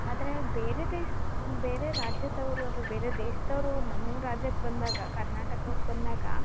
ಆದರೆ ಬೇರೆ ದೇಶ ಬೇರೆ ರಾಜ್ಯದವರು ಅಥವಾ ಬೇರೆ ದೇಶದವ್ರು ನಮ್ಮ ರಾಜ್ಯಕ್ಕೆ ಬಂದಾಗ ಕರ್ನಾಟಕಕ್ಕೆ ಬಂದಾಗ